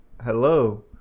hello